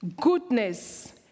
goodness